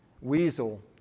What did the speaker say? weasel